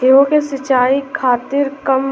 गेहूँ के सिचाई खातीर कम